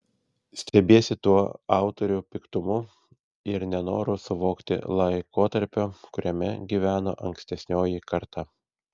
stebiesi tuo autorių piktumu ir nenoru suvokti laikotarpio kuriame gyveno ankstesnioji karta